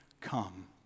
come